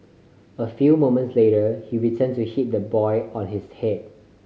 a few moments later he return to hit the boy on his head